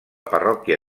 parròquia